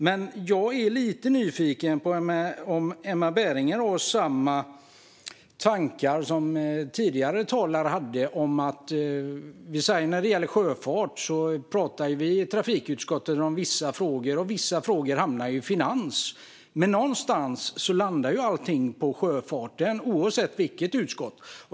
Men jag är lite nyfiken på om Emma Berginger har samma tankar. I trafikutskottet talar vi om vissa frågor medan vissa frågor hamnar i finansutskottet. Men oavsett utskott landar ju allt på sjöfarten.